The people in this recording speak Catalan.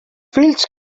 fills